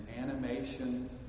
animation